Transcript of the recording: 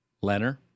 Leonard